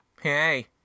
Hey